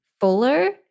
fuller